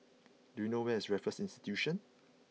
do you know where is Raffles Institution